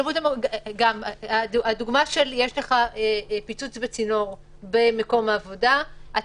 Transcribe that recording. אם יש פיצוץ בצינור במקום העבודה,